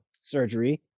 surgery